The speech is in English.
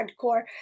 hardcore